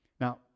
Now